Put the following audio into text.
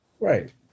right